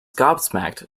gobsmacked